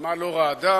האדמה לא רעדה,